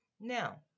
Now